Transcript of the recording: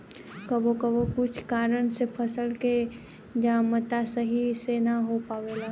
कबो कबो कुछ कारन से फसल के जमता सही से ना हो पावेला